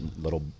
little